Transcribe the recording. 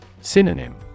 Synonym